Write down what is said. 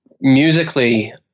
musically